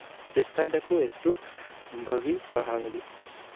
ᱪᱮᱥᱴᱟᱭ ᱫᱟᱠᱚ ᱮᱠᱴᱩ ᱵᱷᱟᱹᱜᱤ ᱯᱟᱲᱦᱟᱣ ᱞᱟᱹᱜᱤᱫ